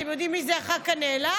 אתם יודעים מי זה הח"כ הנעלם?